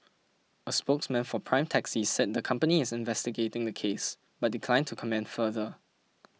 a spokesman for Prime Taxi said the company is investigating the case but declined to comment further